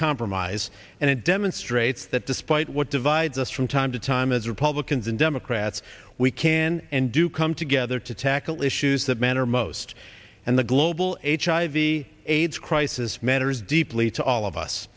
compromise and it demonstrates that despite what divides us from time to time as republicans and democrats we can and do come together to tackle issues that matter most and the global hiv aids crisis matters deeply to all of us